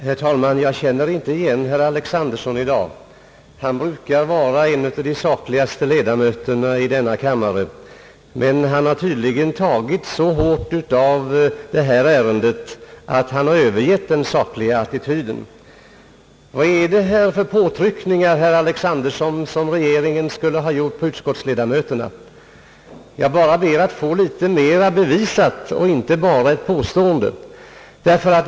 Herr talman! Jag känner inte igen herr Alexanderson i dag. Han brukar vara en av de sakligaste ledamöterna i denna kammare, men han har tydligen tagit så illa vid sig av detta ärendes handläggning att han har övergivit sin sakliga attityd. Vad är det för påtryckningar, herr Alexanderson, som regeringen skulle ha gjort på utskottsledamöterna? Jag ber bara att få det bevisat och inte bara i form av ett påstående.